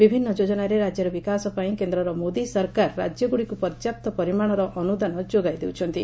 ବିଭିନ୍ନ ଯୋଜନାରେ ରାଜ୍ୟର ବିକାଶ ପାଇଁ କେଦ୍ରର ମୋଦି ସରକାର ରାକ୍ୟଗୁଡ଼ିକୁ ପର୍ଯ୍ୟାପ୍ତ ପରିମାଣର ଅନୁଦାନ ଯୋଗାଇ ଦେଉଛନ୍ତି